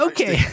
Okay